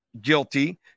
guilty